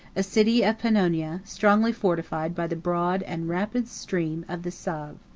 a city of pannonia, strongly fortified by the broad and rapid stream of the save.